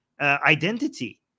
identity